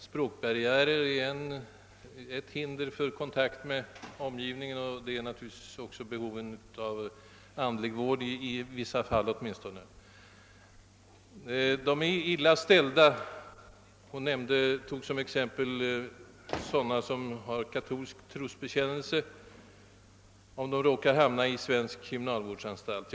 Språkbarriären är t.ex. ett hinder för allmän kontakt med omgivningen, och detta även när det gäller den andliga vården, åtminstone i vissa fall. Fru Anér valde som exempel personer med katolsk trosbekännelse. De är ofta illa ställda om de råkar hamna på en svensk kriminalvårdsanstalt.